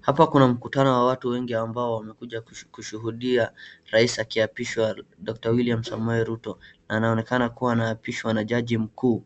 Hapa kuna mkutano wa watu wengi ambao wamekuja kushuhudia rais akiapishwa doctor William Samoe Ruto na anaoneka kuwa anaapishwa na jaji mkuu